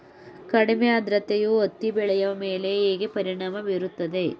ಕಡಿಮೆ ಆದ್ರತೆಯು ಹತ್ತಿ ಬೆಳೆಯ ಮೇಲೆ ಹೇಗೆ ಪರಿಣಾಮ ಬೀರುತ್ತದೆ?